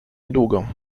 niedługo